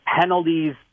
penalties